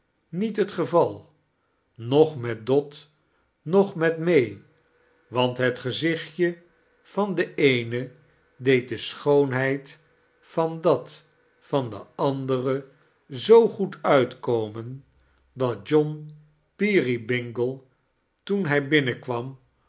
niet het geval noch met dot noch met may want het gezichtje van de eene deed de schoonheid van dat van de andere zoo goed uitkomen dat john peerybingle toen hij binnenkwam